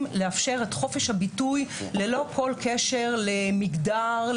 לאפשר את חופש הביטוי ללא כל קשר למגדר,